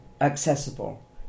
accessible